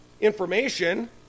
information